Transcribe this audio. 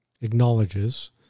acknowledges